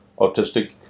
autistic